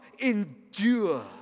endure